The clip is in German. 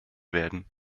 werden